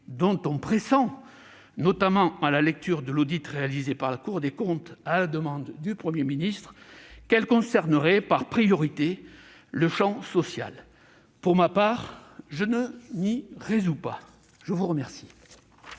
dont on pressent, notamment à la lecture de l'audit réalisé par la Cour des comptes à la demande du Premier ministre, qu'elles concerneraient par priorité le champ social. Pour ma part, je ne m'y résous pas ! La parole